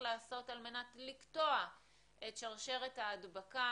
לעשות על-מנת לקטוע את שרשרת ההדבקה.